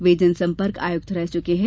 वे जनसंपर्क आयुक्त रह चुके हैं